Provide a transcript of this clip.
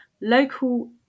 local